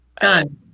done